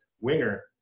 winger